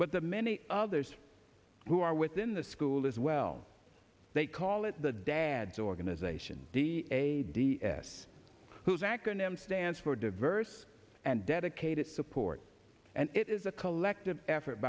but the many others who are within the school as well they call it the dads organization d a d s whose acronym stands for diverse and dedicated support and it is a collective effort